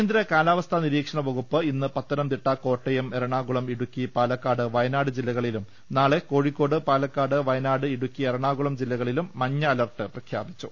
കേന്ദ്ര കാലാവസ്ഥാനിരീക്ഷണ വകുപ്പ് ഇന്ന് പത്തനംതിട്ട കോട്ടയം എറണാകുളം ഇടുക്കി പാലക്കാട് വയനാട് ജില്ലകളിലും നാളെ കോഴിക്കോട് പാലക്കാട് വയനാട് ഇടുക്കി എറണാകുളം ജില്ലകളിലും മഞ്ഞ അലർട്ട് പ്രഖ്യാപിച്ചു